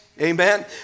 Amen